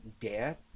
death